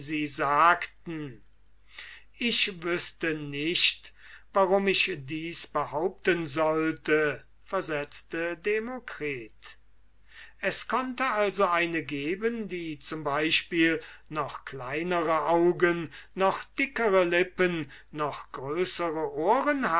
sie sagten ich wüßte nicht warum ich dies behaupten sollte versetzte demokritus es konnte also eine geben die z e noch kleinere augen noch dickere lippen noch größere ohren